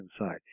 inside